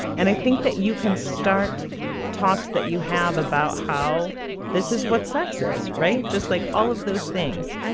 and i think that you can start talks that you have about how this is what sex is, right? just like all of those things